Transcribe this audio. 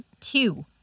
two